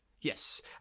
Yes